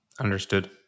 Understood